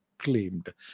Claimed